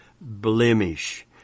blemish